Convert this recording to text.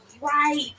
right